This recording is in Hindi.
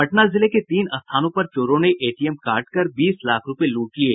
पटना जिले के तीन स्थानों पर चोरों ने एटीएम काटकार बीस लाख रूपये लूट लिये